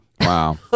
Wow